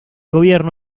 gobierno